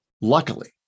Luckily